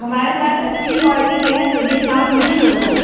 हमारे पास अच्छी क्वालिटी के हैं तो डिस्काउंट नहीं होगा